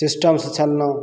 सिस्टमसँ चललहुँ